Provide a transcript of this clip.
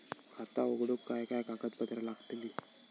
खाता उघडूक काय काय कागदपत्रा लागतली?